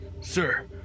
Sir